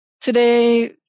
Today